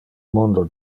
mundo